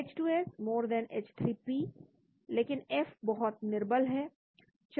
H2S H3P लेकिन F बहुत निर्बल है